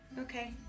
Okay